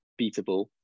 beatable